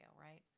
right